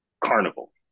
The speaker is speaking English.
Carnival